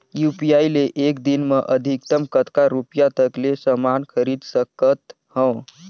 UPI ले एक दिन म अधिकतम कतका रुपिया तक ले समान खरीद सकत हवं?